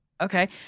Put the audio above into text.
Okay